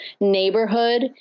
neighborhood